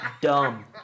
dumb